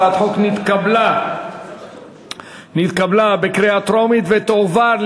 הצעת החוק נתקבלה בקריאה טרומית ותועבר,